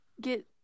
get